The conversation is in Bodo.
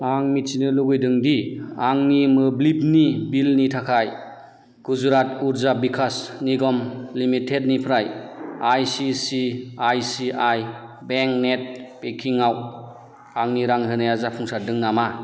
आं मिथिनो लुबैदोंदि आंनि मोब्लिबनि बिलनि थाखाय गुजुरात उरजा बिकास निगम लिमिटेडनिफ्राय I C I C I bank net banking आव आंनि रां होनाया जाफुंसारदों नामा